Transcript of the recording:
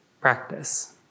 practice